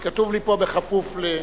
כתוב לי פה: "בכפוף ל,